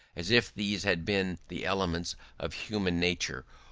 as if these had been the elements of human nature,